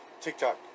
TikTok